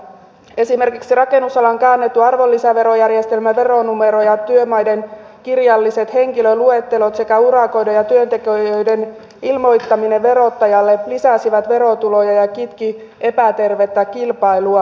esimerkiksi rakennusalan käännetyn arvonlisäverojärjestelmän veronumero ja työmaiden kirjalliset henkilöluettelot sekä urakoiden ja työntekijöiden ilmoittaminen verottajalle lisäsivät verotuloja ja kitkivät epätervettä kilpailua